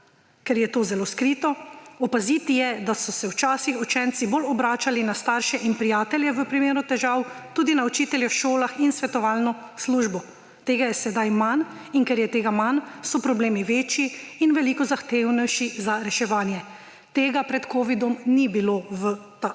ker je to zelo skrito. Opaziti je, da so se včasih učenci bolj obračali na starše in prijatelje v primeru težav, tudi na učitelje v šolah in svetovalno službo. Tega je sedaj manj in ker je tega manj, so problemi večji in veliko zahtevnejši za reševanje. Tega pred covidom ni bilo v